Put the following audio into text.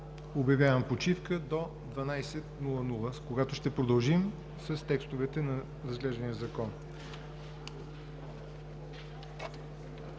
Обявявам почивка до 12,00 ч., когато ще продължим с текстовете на разглеждания Закон.